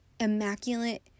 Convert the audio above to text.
immaculate